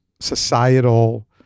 societal